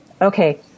Okay